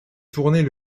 tourner